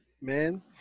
man